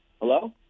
Hello